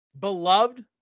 beloved